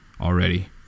already